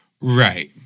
Right